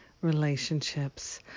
relationships